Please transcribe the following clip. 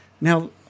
Now